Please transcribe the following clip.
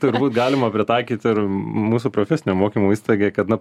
turbūt galima pritaikyt ir mūsų profesinio mokymo įstaigai kad na